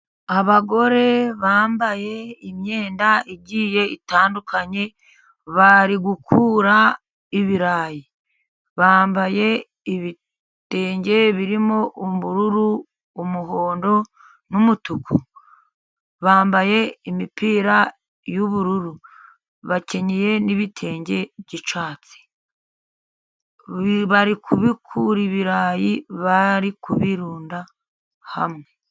Abagore bambaye imyenda igiye itandukanye bari gukura ibirayi. Bambaye ibitenge birimo ubururu, umuhondo n'umutuku. Bambaye imipira y'ubururu. Bakenyeye n'ibitenge by'icatsi. Bari kubikura ibirayi, bari kubirunda hamwe.